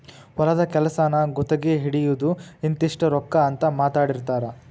ಹೊಲದ ಕೆಲಸಾನ ಗುತಗಿ ಹಿಡಿಯುದು ಇಂತಿಷ್ಟ ರೊಕ್ಕಾ ಅಂತ ಮಾತಾಡಿರತಾರ